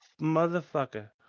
Motherfucker